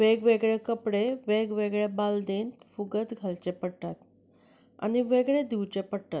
वेगवेगळे कपडे वेगवेगळ्या बालदेंत फुगत घालचे पडटात आनी वेगळे धुंवचे पडटात